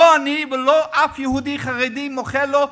לא אני ולא אף יהודי חרדי מוחל לו,